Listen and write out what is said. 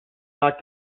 not